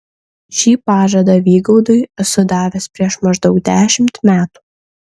šį pažadą vygaudui esu davęs prieš maždaug dešimt metų